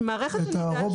הרובוט?